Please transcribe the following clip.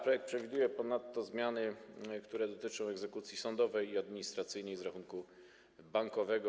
Projekt przewiduje ponadto zmiany, które dotyczą egzekucji sądowej i administracyjnej z rachunku bankowego.